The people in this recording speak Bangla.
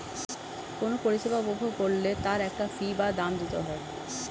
কোনো পরিষেবা উপভোগ করলে তার একটা ফী বা দাম দিতে হয়